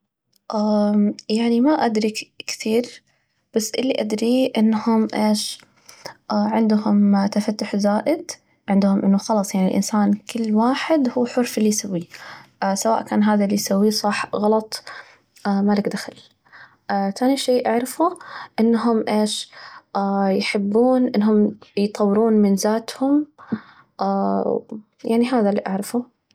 يعني ما أدري ك كثير، بس اللي أدريه إنهم إيش؟ عندهم تفتح زائد، عندهم إنه خلاص يعني الإنسان كل واحد هو حر في اللي يسويه، سواء كان هذا اللي يسويه صح ، غلط ما لك دخل، ثاني شيء أعرفه أنهم إيش؟ يحبون أنهم يطورون من ذاتهم، يعني هذا اللي أعرفه.